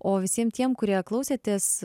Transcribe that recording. o visiem tiem kurie klausėtės